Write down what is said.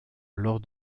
lors